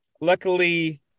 Luckily